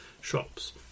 shops